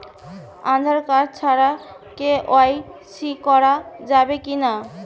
Aadhaar card ছাড়া KYC করা যাবে কি না?